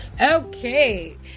Okay